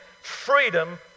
freedom